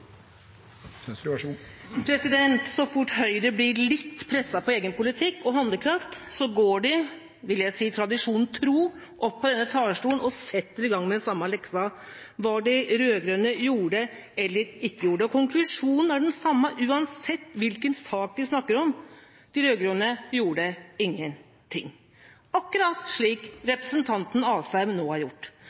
vil jeg si – opp på denne talerstolen og setter i gang med samme leksa om hva de rød-grønne gjorde eller ikke gjorde. Konklusjonen er den samme uansett hvilken sak de snakker om: De rød-grønne gjorde ingen ting – akkurat slik representanten Asheim nå har gjort.